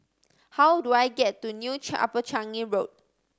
how do I get to New Upper Changi Road